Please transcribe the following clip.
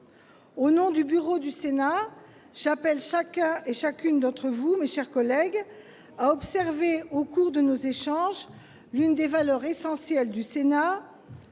Au nom du bureau du Sénat, j'appelle chacun de vous, mes chers collègues, à respecter au cours de nos échanges l'une des valeurs essentielles du Sénat